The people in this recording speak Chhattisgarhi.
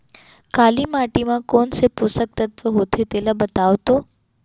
काली माटी म कोन से पोसक तत्व होथे तेला बताओ तो?